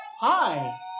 Hi